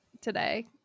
today